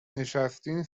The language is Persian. نشستین